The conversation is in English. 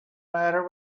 matter